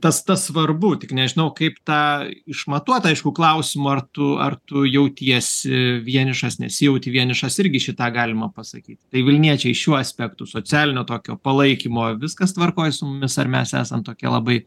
ir tas tas svarbu tik nežinau kaip tą išmatuot aišku klausimu ar tu ar tu jautiesi vienišas nesijauti vienišas irgi šį tą galima pasakyt tai vilniečiai šiuo aspektu socialinio tokio palaikymo ar viskas tvarkoj su mumis ar mes esam tokia labai